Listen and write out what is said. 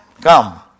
come